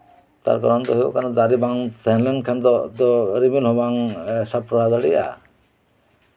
ᱛᱟᱨ ᱠᱟᱨᱚᱱ ᱫᱚ ᱦᱩᱭᱩᱜ ᱠᱟᱱᱟ ᱫᱟᱨᱮ ᱵᱟᱝ ᱛᱟᱦᱮᱸ ᱞᱮᱱᱠᱷᱟᱱ ᱫᱚ ᱨᱤᱢᱤᱞ ᱦᱚᱸᱵᱟᱝ ᱥᱟᱯᱲᱟᱣ ᱫᱟᱲᱮᱭᱟᱜᱼᱟ